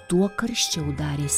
tuo karščiau darėsi